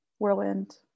Whirlwind